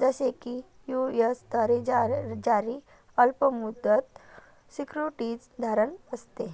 जसे की यू.एस द्वारे जारी अल्प मुदत सिक्युरिटीज धारण असते